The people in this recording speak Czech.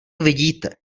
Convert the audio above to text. vidíte